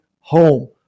home